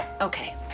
Okay